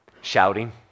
Shouting